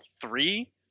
three